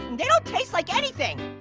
they don't taste like anything.